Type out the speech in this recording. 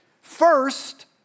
First